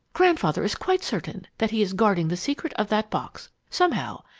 grandfather is quite certain that he is guarding the secret of that box, somehow,